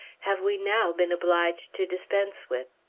have we now been obliged to dispense with!